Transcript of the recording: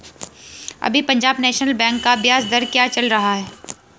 अभी Punjab National Bank का ब्याज दर क्या चल रहा है?